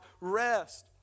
rest